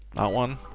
that one.